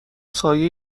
سایه